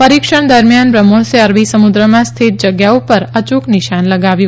પરિક્ષણ દરમ્યાન બ્રહ્મોસે અરબી સમુદ્રમાં સ્થિત જગ્યા પર અયૂક નિશાન લગાવ્યું